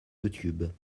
youtube